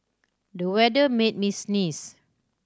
the weather made me sneeze